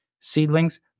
seedlings